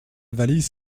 valise